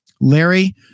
Larry